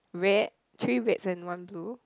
red three reds and one blue